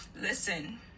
listen